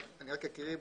אני רק אקריא,